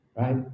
right